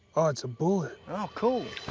it's a bullet. oh, cool.